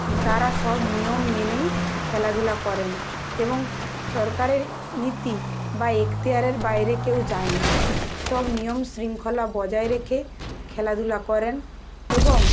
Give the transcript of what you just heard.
তারা সব নিয়ম মেনেই খেলাধুলা করেন এবং সরকারের নীতি বা এক্তিয়ারের বাইরে কেউ যায় না সব নিয়মশৃঙ্খলা বজায় রেখে খেলাধুলা করেন এবং